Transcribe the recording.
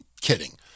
Kidding